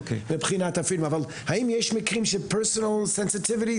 אבל האם יש מקרים שרגישות הציבור,